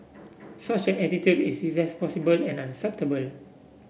such an attitude is irresponsible and unacceptable